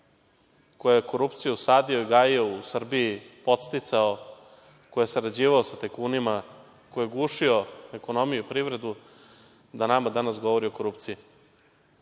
ko je korupciju usadio, gajio u Srbiji, podsticao, ko je sarađivao sa tajkunima, ko je gušio ekonomiju i privredu, da nama danas govori o korupciji.